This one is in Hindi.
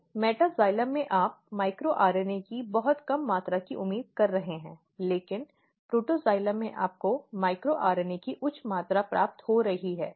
तो मेटास्टाइलम में आप माइक्रो आरएनए की बहुत कम मात्रा की उम्मीद कर रहे हैं लेकिन प्रोटोक्साइलम में आपको माइक्रो आरएनए की उच्च मात्रा हो रही है